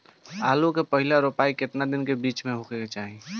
आलू क पहिला रोपाई केतना दिन के बिच में होखे के चाही?